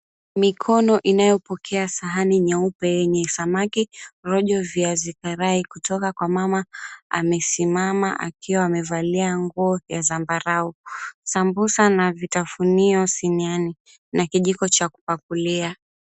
Mikono inayopokea sahani nyeupe yenye samaki, rojo, viazi karai kutoka kwa mama amesimama akiwa amevalia nguo vya zambarau. Sambusa na vitafunio siniani na kijiko cha kupakulia.